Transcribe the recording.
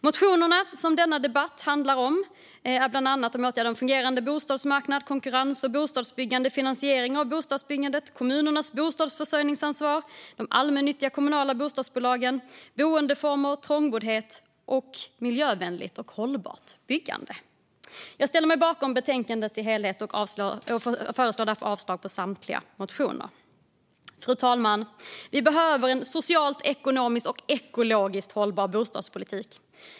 Motionerna som denna debatt handlar om gäller bland annat åtgärder för en bättre fungerande bostadsmarknad, konkurrens och bostadsbyggande, finansiering av bostadsbyggande, kommunernas bostadsförsörjningsansvar, allmännyttiga kommunala bostadsaktiebolag, boendeformer, trångboddhet och miljövänligt och hållbart byggande. Jag ställer mig bakom betänkandet i sin helhet och yrkar därmed avslag på samtliga motioner. Fru talman! Vi behöver en socialt, ekonomiskt och ekologiskt hållbar bostadspolitik.